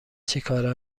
چیکاره